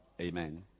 Amen